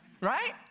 right